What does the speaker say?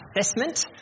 assessment